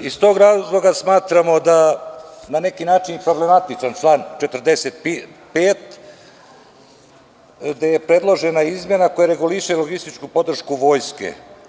i iz tog razloga smatramo da na neki način je problematičan član 45. gde je predložena izmena koja reguliše logističku podršku vojske.